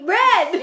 red